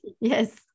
yes